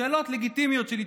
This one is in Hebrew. שאלות לגיטימיות של עיתונאים,